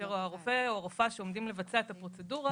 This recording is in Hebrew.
כאשר הרופא או הרופאה שעומדים לבצע את הפרוצדורה,